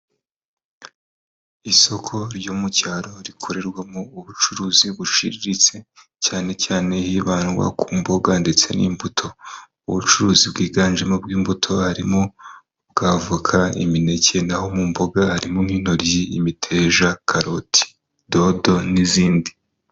Isoko ryo mu cyaro rikorerwamo ubucuruzi buciriritse, cyane cyane hibandwa ku mboga ndetse n'imbuto. Ubucuruzi bwiganjemo bw'imbuto harimo bwa voka, imineke, naho mu mboga harimo nk'intoryi, imiteja, karoti, dodo n'izindi.